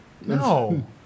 No